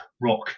rock